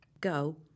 go